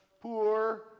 poor